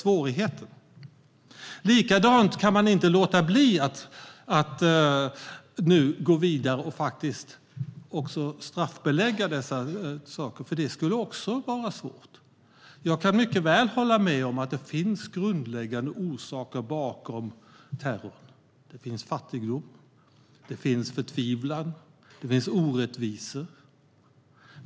Vi kan inte heller låta bli att nu gå vidare och faktiskt straffbelägga dessa saker, för det skulle också vara svårt. Jag kan mycket väl hålla med om att det finns grundläggande orsaker bakom terror. Det finns fattigdom, förtvivlan och orättvisor.